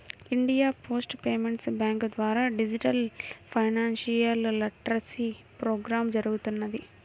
India post payments bank ద్వారా digital financial literacy programme జరుగుతున్నది